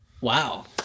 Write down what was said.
Wow